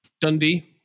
Dundee